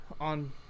on